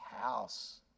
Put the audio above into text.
house